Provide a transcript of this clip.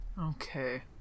Okay